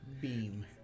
Beam